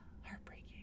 heartbreaking